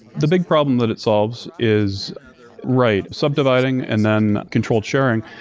the big problem that it solves is right, subdividing and then controlled sharing.